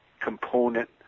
component